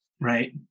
Right